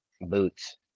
boots